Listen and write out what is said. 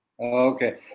Okay